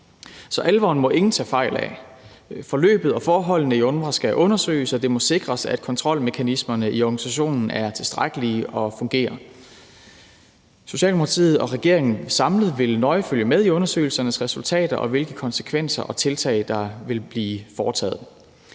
Så alvoren må ingen tage fejl af. Forløbet og forholdene i UNRWA skal undersøges, og det må sikres, at kontrolmekanismerne i organisationen er tilstrækkelige og fungerer. Socialdemokratiet og regeringen samlet set vil nøje følge med i undersøgelsernes resultater, og hvilke konsekvenser og tiltag der vil blive foretaget.